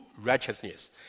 righteousness